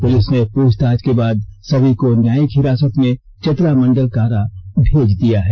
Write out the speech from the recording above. police ने पूछताछ के बाद सभी को न्यायिक हिरासत में चतरा मंडल कारा भेज दिया है